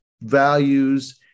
values